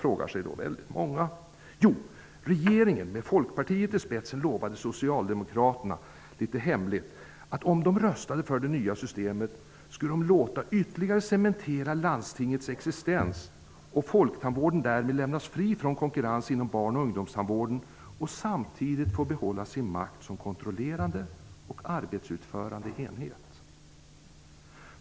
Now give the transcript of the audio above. Jo, regeringen med Folkpartiet i spetsen lovade socialdemokraterna litet i hemlighet att om de röstade för det nya systemet skulle man ytterligare låta cementera landstingets existens. Folktandvården skulle därmed lämnas fri från konkurrens inom barn och ungdomstandvården och samtidigt få behålla sin makt som kontrollerande och arbetsutförande enhet.